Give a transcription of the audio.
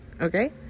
Okay